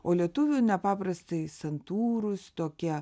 o lietuvių nepaprastai santūrūs tokie